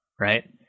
Right